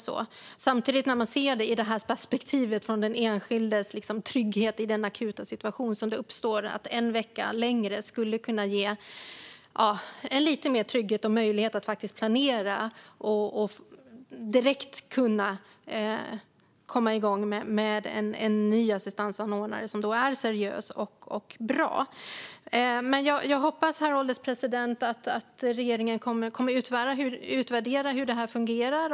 Samtidigt sett från den enskildes perspektiv när det gäller trygghet i den akuta situationen skulle ytterligare en vecka ge lite mer trygghet och möjlighet att faktiskt planera och direkt komma igång med en ny assistansanordnare som är seriös och bra. Herr ålderspresident! Jag hoppas att regeringen kommer att utvärdera hur dessa frågor fungerar.